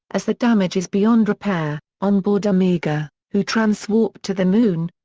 as the damage is beyond repair, on board omega, who transwarped to the moon,